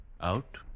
Out